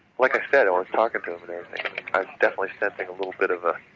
like i said, i was talking to them and everything and i was definitely sensing a little bit of a